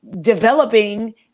developing